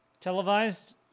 Televised